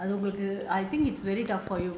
!aiyo! அது உங்களுக்கு:athu ungalukku